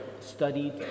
studied